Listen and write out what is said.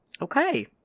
Okay